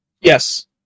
Yes